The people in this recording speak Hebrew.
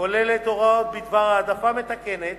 הכוללת הוראות בדבר העדפה מתקנת